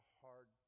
hard